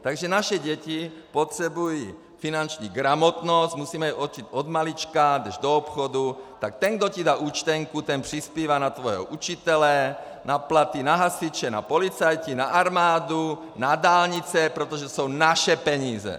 Takže naše děti potřebují finanční gramotnost, musíme je učit od malička jdeš do obchodu, tak ten, kdo ti dá účtenku, ten přispívá na tvého učitele, na platy, na hasiče, na policajty, na armádu, na dálnice, protože jsou to naše peníze.